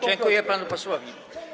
Dziękuję panu posłowi.